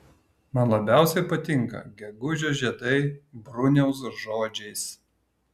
man labiausiai patinka gegužio žiedai bruniaus žodžiais